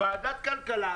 ועדת כלכלה,